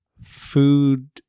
food